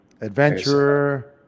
Adventurer